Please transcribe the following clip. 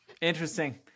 Interesting